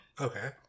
Okay